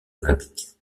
olympiques